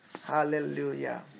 Hallelujah